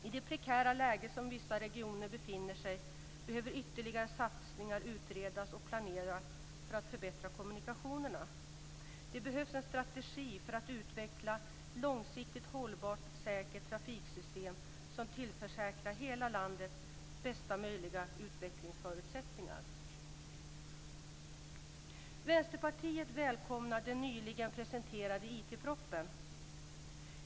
I det prekära läge som vissa regioner befinner sig i behöver ytterligare satsningar utredas och planeras för att förbättra kommunikationerna. Det behövs en strategi för att utveckla ett långsiktigt hållbart och säkert trafiksystem som tillförsäkrar hela landet bästa möjliga utvecklingsförutsättningar. Vänsterpartiet välkomnar den nyligen presenterade IT-propositionen.